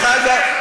ניצלת שעת כושר.